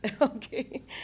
Okay